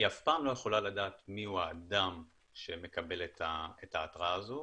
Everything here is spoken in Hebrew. היא אף פעם לא יכולה לדעת מיהו האדם שמקבל את ההתראה הזו.